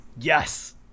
Yes